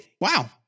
Wow